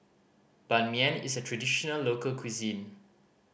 Ban Mian is a traditional local cuisine